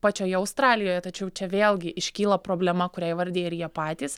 pačioje australijoje tačiau čia vėlgi iškyla problema kurią įvardija ir jie patys